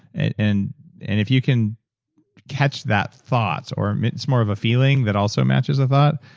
and and and if you can catch that thought, or it's more of a feeling that also matches a thought,